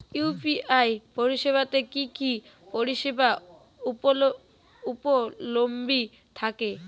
UPI পরিষেবা তে কি কি পরিষেবা উপলব্ধি থাকে?